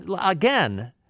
again